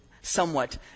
somewhat